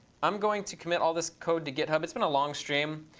i'm going to commit all this code to github. it's been a long stream.